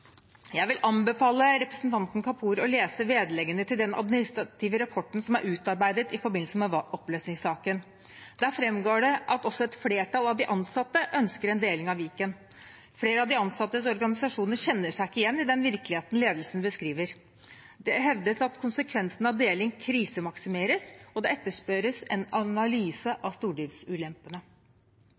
Jeg vil anbefale representanten Kapur å lese vedleggene til den administrative rapporten som er utarbeidet i forbindelse med oppløsningssaken. Der framgår det at også et flertall av de ansatte ønsker en deling av Viken. Flere av de ansattes organisasjoner kjenner seg ikke igjen i den virkeligheten ledelsen beskriver. Det hevdes at konsekvensene av deling krisemaksimeres, og det etterspørres en analyse av